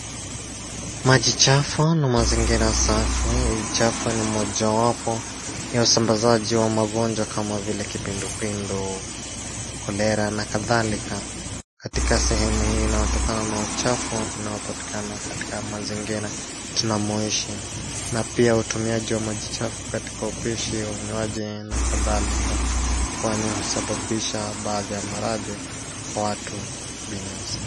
Maji chafu na mazingira safi, uchafu ni mojawapo ya usamabazaji wa magonjwa kama vile kipindupindu, cholera na kadhalika. Katika sehemu hii inaotokana na uchafu unaopatikana katika mazinigra tunamoishi na pia utumiaji wa maji chafu katika upishi, unywaji na kadhalika. Kwani husababisha baadhi ya maradhi. Watu binafsi.